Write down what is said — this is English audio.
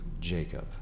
Jacob